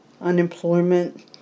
unemployment